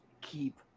keep